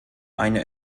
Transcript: eine